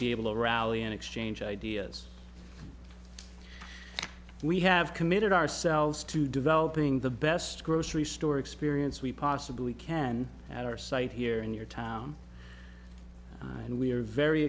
be able to rally and exchange ideas we have committed ourselves to developing the best grocery store experience we possibly can at our site here in your town and we are very